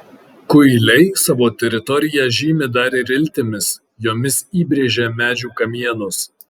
kuiliai savo teritoriją žymi dar ir iltimis jomis įbrėžia medžių kamienus